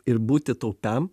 ir būti taupiam